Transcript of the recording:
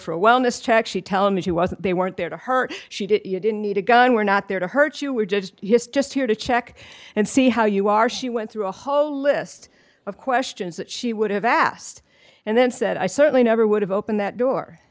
for a wellness check she tell me she wasn't they weren't there to her she didn't you didn't need a gun we're not there to hurt you we're just here to check and see how you are she went through a whole list of questions that she would have asked and then said i certainly never would have opened that door